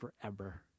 forever